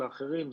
לאחרים.